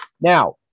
Now